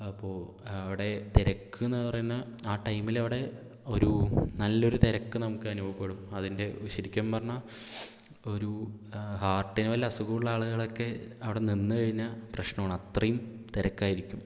അപ്പോൾ അവിടെ തിരക്കെന്ന് പറയുന്നത് ആ ടൈമിലവിടെ ഒരു നല്ലൊരു തിരക്ക് നമുക്കനുഭവപ്പെടും അതിൻ്റെ ശരിക്കും പറഞ്ഞാൽ ഒരു ഹാർട്ടിന് വല്ല അസുഖമുള്ള ആളുകളൊക്കെ അവിടെ നിന്ന് കഴിഞ്ഞാൽ പ്രശ്നമാണ് അത്രയും തിരക്കായിരിക്കും